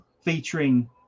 featuring